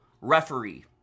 referee